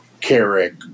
Carrick